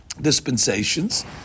dispensations